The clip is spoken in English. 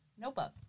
Notebook